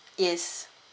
yes